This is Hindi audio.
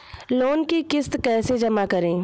लोन की किश्त कैसे जमा करें?